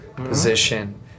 position